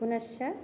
पुनश्च